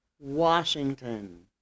Washington